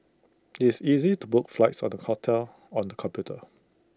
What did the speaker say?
it's easy to book flights and hotels on the computer